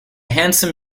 handsome